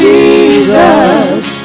Jesus